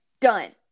done